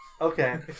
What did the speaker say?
Okay